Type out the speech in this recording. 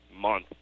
month